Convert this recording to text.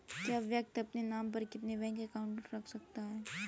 एक व्यक्ति अपने नाम पर कितने बैंक अकाउंट रख सकता है?